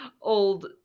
old